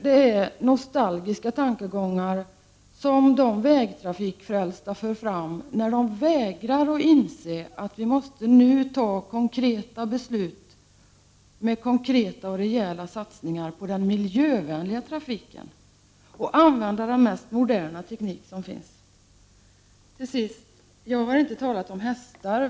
Det är nostalgiska tankegångar som de vägtrafikfrälsta för fram, när de vägrar att inse att vi måste fatta konkreta beslut om rejäla satsningar på den miljvänliga trafiken och använda den mest moderna teknik som finns. Till sist. Jag har inte talat om hästar.